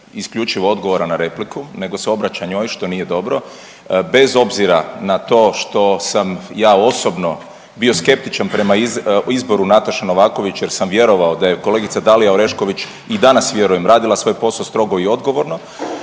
isključivo odgovora na repliku, nego se obraća njoj, što nije dobro, bez obzira na to što sam ja osobno bio skeptičan prema izboru Nataše Novaković jer sam vjerovao da je kolegica Dalija Orešković i danas vjerujem, radila svoj posao strogo i odgovorno,